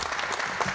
Hvala.